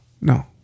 No